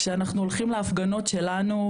כשאנחנו הולכים להפגנות שלנו,